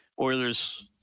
Oilers